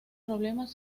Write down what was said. problemas